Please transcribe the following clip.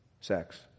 sex